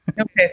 Okay